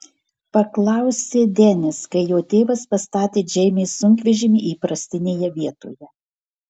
paklausė denis kai jo tėvas pastatė džeinės sunkvežimį įprastinėje vietoje